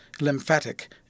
lymphatic